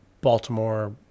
Baltimore